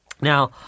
Now